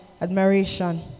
admiration